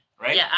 right